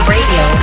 Radio